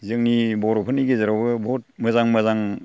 जोंनि बर'फोरनि गेजेरावबो बहुद मोजां मोजां